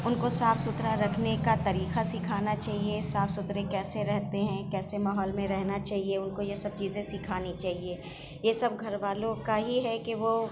ان کو صاف ستھرا رکھنے کا طریقہ سیکھانا چاہیے صاف ستھرے کیسے رہتے ہیں کیسے ماحول میں رہنا چاہیے ان کو یہ سب چیزیں سکھانی چاہیے یہ سب گھر والوں کا ہی ہے کہ وہ